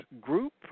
group